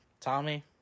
Tommy